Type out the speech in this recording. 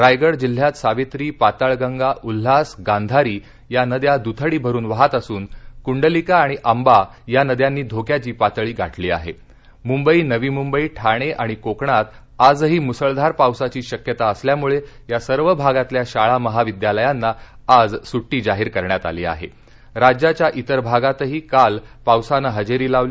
रायगड जिल्ह्यात सावित्री पाताळगंगा उल्हास गांधारी या नद्या दुथडी भरून वहात असून कुंडलिका आणि आंबा या नद्यानी धोक्याची पातळी गाठली आहा मुंबई नवी मुंबई ठाण आणि कोकणात आजही मुसळधार पावसाची शक्यता असल्यामुळग्रा सर्व भागातल्या शाळा महाविद्यालयांना आज सुटी जाहीर करण्यात आली आहा राज्याच्या विर भागातही काल पावसानं हजतीलावली